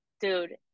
Dude